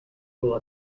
will